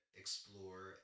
explore